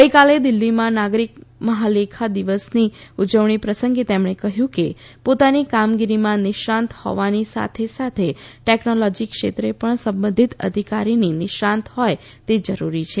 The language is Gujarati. ગઈકાલે દિલ્ફીમાં નાગરીક મહાલેખા દિવસની ઉજવણી પ્રસંગે તેમણે કહ્યું કે પોતાની કામગીરીમાં નિષ્ણાંત હોવાની સાથે સાથે ટેકનોલોજી ક્ષેત્રે પણ સંબંધિત અધિકારી નિષ્ણાંત હોય તે જરૂરી છે